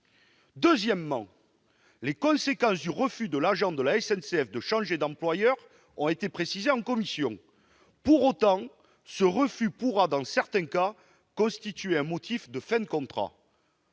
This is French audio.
Deuxièmement, les conséquences du refus d'un agent de la SNCF de changer d'employeur ont été précisées en commission. Pour autant, ce refus pourra, dans certains cas, constituer un motif de fin de contrat.